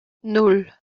nan